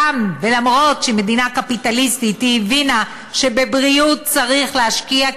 ולמרות שהיא מדינה קפיטליסטית היא הבינה שבבריאות צריך להשקיע,